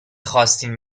خواستین